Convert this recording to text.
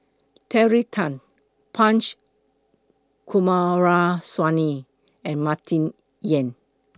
Terry Tan Punch Coomaraswamy and Martin Yan